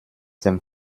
dem